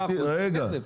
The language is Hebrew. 10% זה כסף.